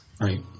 Right